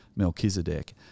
Melchizedek